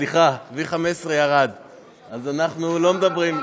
סליחה, V15 ירד, אז אנחנו לא מדברים.